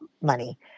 money